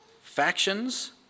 factions